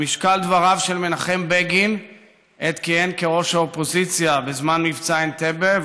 על משקל דבריו של מנחם בגין עת שכיהן כראש האופוזיציה בזמן מבצע אנטבה,